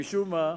משום מה,